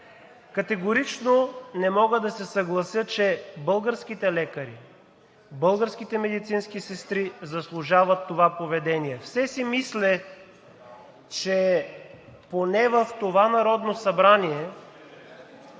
Категорично не мога да се съглася, че българските лекари, българските медицински сестри заслужават това поведение! (Шум и реплики.) Все си мислех, че поне в това Народно събрание